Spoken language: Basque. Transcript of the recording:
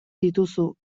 dituzu